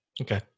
Okay